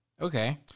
Okay